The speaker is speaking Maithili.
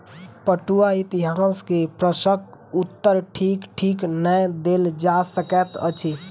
पटुआक इतिहास के प्रश्नक उत्तर ठीक ठीक नै देल जा सकैत अछि